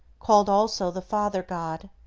called also the father god.